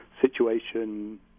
situation